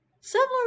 Similar